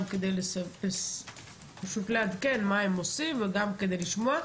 גם כדי לעדכן מה הם עושים וגם כדי לשמוע.